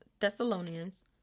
Thessalonians